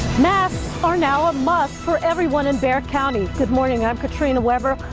mass are now a must for everyone in bexar county good morning. i'm katrina webber.